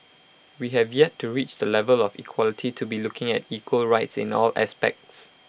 we have yet to reach the level of equality to be looking at equal rights in all aspects